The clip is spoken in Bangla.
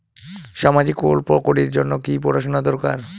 সামাজিক প্রকল্প করির জন্যে কি পড়াশুনা দরকার?